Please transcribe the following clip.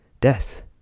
death